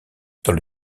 dans